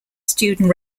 student